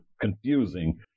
confusing